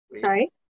Sorry